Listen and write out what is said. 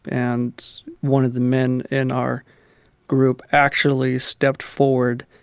and one of the men in our group actually stepped forward